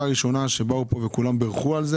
הראשונה כאשר כולם כאן בירכו על כך.